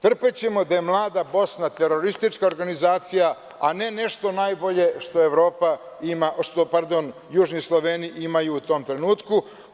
Trpećemo da je „Mlada Bosna“ teroristička organizacija, a ne nešto najbolje što južni Sloveni imaju u tom trenutku.